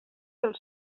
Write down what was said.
del